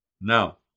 Now